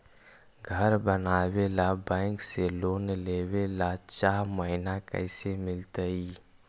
घर बनावे ल बैंक से लोन लेवे ल चाह महिना कैसे मिलतई?